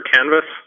Canvas